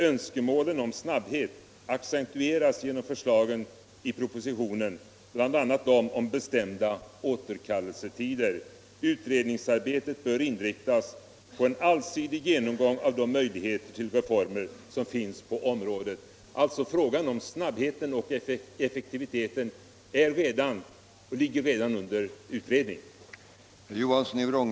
Önskemålen om snabbhet accentueras genom förslagen i propositionen bl.a. de om bestämda återkallelsetider. Utredningsarbetet bör inriktas på en allsidig genomgång av de möjligheter till reformer som finns på området.” Frågan om snabbheten och effektiviteten ligger alltså redan under utredning.